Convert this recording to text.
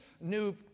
new